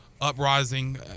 uprising